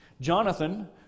Jonathan